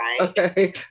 Okay